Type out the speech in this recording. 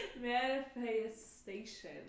Manifestation